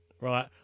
right